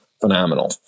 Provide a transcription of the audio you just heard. phenomenal